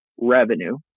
revenue